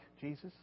jesus